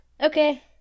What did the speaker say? Okay